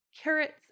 carrots